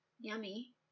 yummy